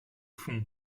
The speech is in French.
fond